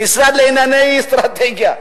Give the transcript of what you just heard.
המשרד לענייני אסטרטגיה.